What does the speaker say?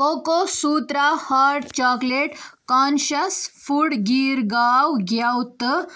cocoa Sutra hot chocolate Conscious Food Gir cow ghee تہٕ